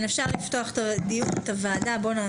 אני שמחה לפתוח את ישיבת ועדת